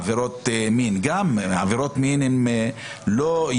עבירות מין כאשר בעבירות מין יש מדרג.